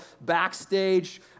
backstage